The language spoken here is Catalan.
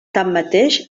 tanmateix